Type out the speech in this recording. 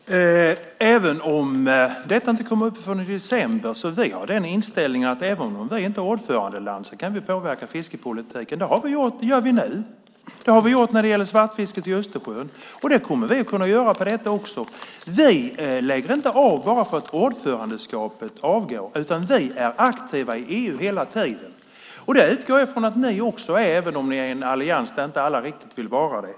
Herr talman! Även om detta inte kommer upp förrän i december har vi den inställningen att vi kan påverka fiskepolitiken även om vi inte är ordförandeland. Det gör vi nu. Det har vi gjort när det gäller svartfisket i Östersjön. Det kommer vi att kunna göra här också. Vi lägger inte av bara för att ordförandeskapet är slut, utan vi är aktiva i EU hela tiden. Det utgår jag ifrån att ni också är även om ni är en allians där inte alla riktigt vill vara det.